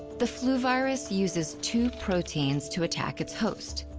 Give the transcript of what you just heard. the flu virus uses two proteins to attack its host,